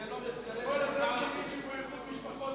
זה לא מתקרב ל-4%.